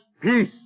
peace